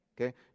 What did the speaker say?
Okay